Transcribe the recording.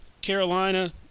Carolina